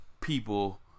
people